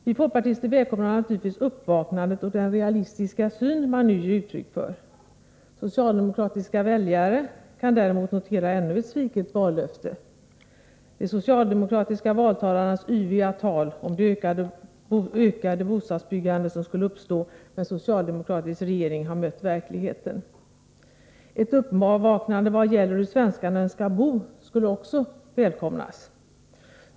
Vi folkpartister välkomnar naturligtvis uppvaknandet och den realistiska syn man nu ger uttryck för. Socialdemokratiska väljare kan däremot notera ännu ett sviket vallöfte. De socialdemokratiska valtalarnas yviga tal om det ökade bostadsbyggande som skulle uppstå med en socialdemokratisk regering har mött verkligheten. Ett uppvaknande i vad gäller hur svenskarna önskar bo skulle också välkomnas.